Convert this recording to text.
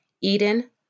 Eden